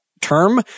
term